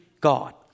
God